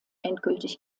endgültig